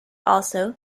also